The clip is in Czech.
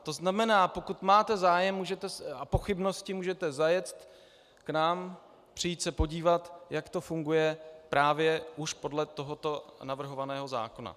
To znamená, pokud máte zájem a pochybnosti, můžete zajet k nám, přijít se podívat, jak to funguje právě už podle tohoto navrhovaného zákona.